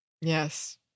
Yes